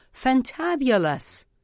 fantabulous